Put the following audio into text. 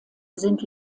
sind